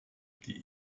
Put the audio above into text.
die